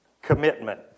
commitment